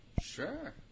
Sure